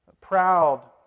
proud